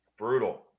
Brutal